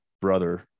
brother